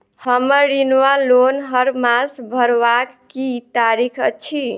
हम्मर ऋण वा लोन हरमास भरवाक की तारीख अछि?